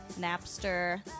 Napster